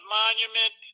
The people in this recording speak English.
monument